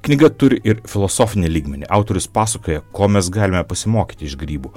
knyga turi ir filosofinį lygmenį autorius pasakoja ko mes galime pasimokyti iš grybų